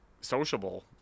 sociable